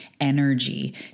energy